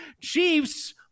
Chiefs